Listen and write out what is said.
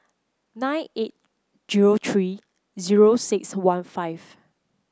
nine eight zero three zero six one five